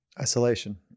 Isolation